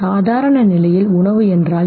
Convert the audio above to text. சாதாரண நிலையில் உணவு என்றால் என்ன